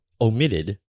omitted